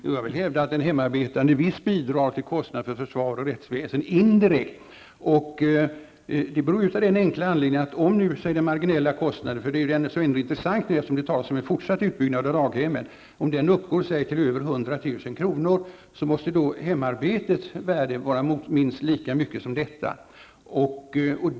Fru talman! Jag vill hävda att en hemarbetande visst bidrar till kostnader för försvar och rättsväsende indirekt. Om den marginella kostnaden -- det är ju den som är intressant, eftersom det talas om en fortsatt utbyggnad av daghem -- uppgår till över 100 000 kr., måste hemarbetets värde vara minst lika högt.